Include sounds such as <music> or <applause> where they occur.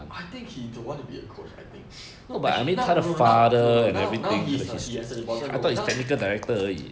I think he don't want to be a coach I think <noise> no but actually now no now no now now he's a he has a important role now